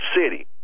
city